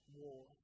war